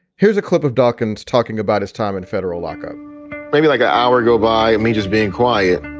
here's a clip of dawkins talking about his time in federal lockup maybe like an hour go by me just being quiet.